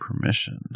permission